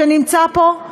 שנמצא פה,